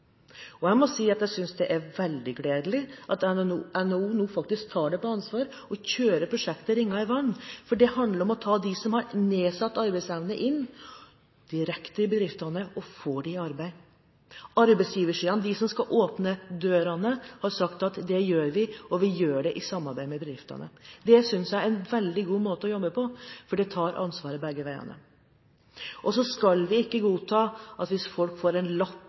det handler om å ta dem som har nedsatt arbeidsevne, direkte inn i bedriftene og få dem i arbeid. Arbeidsgiversiden, de som skal åpne dørene, har sagt at det gjør vi, og vi gjør det i samarbeid med bedriftene. Det synes jeg er en veldig god måte å jobbe på, for det tar ansvaret begge veier. Vi skal ikke godta at folk får en lapp